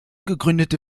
gegründete